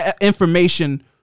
information